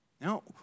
No